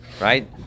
Right